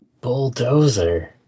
Bulldozer